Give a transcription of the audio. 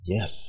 Yes